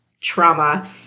trauma